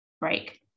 break